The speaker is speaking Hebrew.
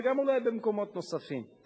וגם אולי במקומות נוספים.